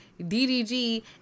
DDG